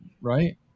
right